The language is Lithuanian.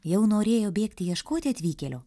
jau norėjo bėgti ieškoti atvykėlio